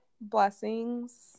blessings